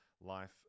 life